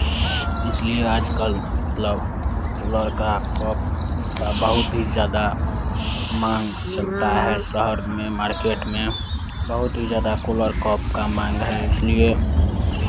इसलिए आज कल मतलब कुल्हड़ का कप का बहुत ही ज़्यादा मांग चलता है शहर में मार्केट में बहुत ही ज़्यादा कुल्हड़ कप का मांग है इसलिए